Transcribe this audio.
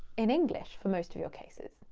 in english, for most of your cases.